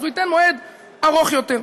אז הוא ייתן מועד רחוק יותר.